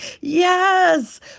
yes